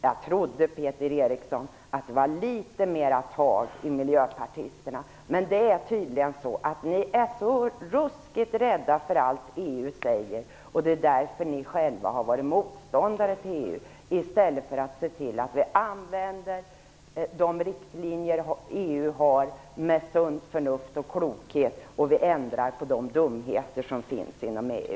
Jag trodde att det var litet mera fart i er miljöpartister, Peter Eriksson. Men det är tydligen så att ni är ruskigt rädda för allt som EU säger, och därför har ni själva varit motståndare till EU - i stället för att se till att vi använder de riktlinjer som EU har med sunt förnuft och klokhet och ändrar på de dumheter som finns inom EU.